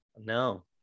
No